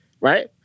right